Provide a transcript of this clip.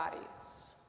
bodies